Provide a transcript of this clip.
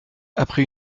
après